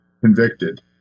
convicted